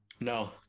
No